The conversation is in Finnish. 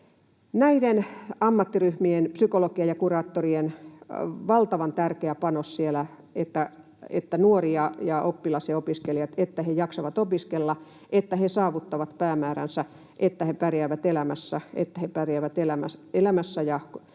Näiden ammattiryhmien, psykologien ja kuraattorien, panos siellä on valtavan tärkeä, niin että nuori ja oppilas ja opiskelija jaksavat opiskella, että he saavuttavat päämääränsä, että he pärjäävät elämässä ja